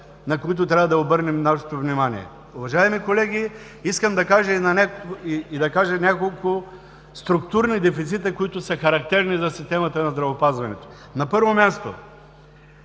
на които трябва да обърнем нашето внимание. Уважаеми колеги, искам да кажа няколко структурни дефицита, характерни за системата на здравеопазването. На първо място,